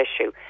issue